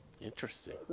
Interesting